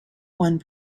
one